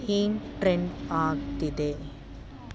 ಏನು ಟ್ರೆಂಡ್ ಆಗ್ತಿದೆ